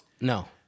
No